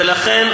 ולכן,